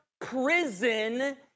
prison